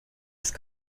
ist